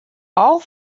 all